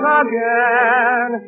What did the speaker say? again